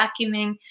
vacuuming